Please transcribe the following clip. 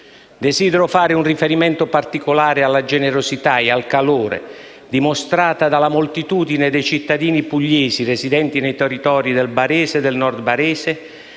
Desidero fare un riferimento particolare alla generosità e al calore dimostrati dalla moltitudine di cittadini pugliesi residenti nei territori del barese e del Nord barese